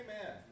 Amen